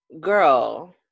girl